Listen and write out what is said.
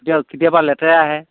এতিয়া কেতিয়াবা লেতেৰা আহে